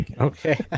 Okay